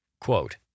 Quote